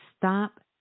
stop